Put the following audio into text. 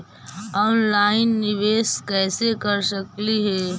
Online निबेस कैसे कर सकली हे?